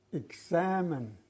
examine